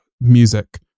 music